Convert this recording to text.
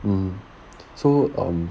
嗯 so um